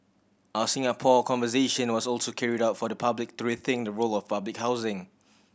our Singapore Conversation was also carried out for the public to rethink the role of public housing